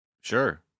Sure